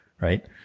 right